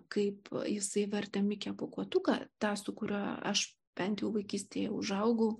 kaip jisai vertę mikę pūkuotuką tą su kuriuo aš bent jau vaikystėje užaugau